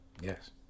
Yes